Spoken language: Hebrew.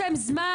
יש להם זמן.